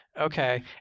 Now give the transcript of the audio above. Okay